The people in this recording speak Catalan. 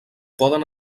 poden